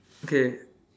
okay